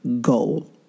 goal